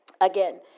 again